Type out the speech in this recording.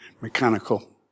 mechanical